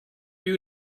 you